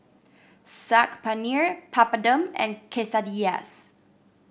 Saag Paneer Papadum and Quesadillas